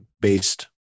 based